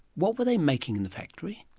what were they making in the factory?